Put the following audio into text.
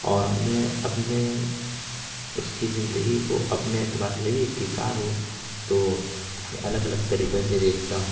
اور میں اپنے اس کی زندگی کو اپنے اعتبار سے میں بھی ایک کسان ہوں تو الگ الگ طریقے سے دیکھتا ہوں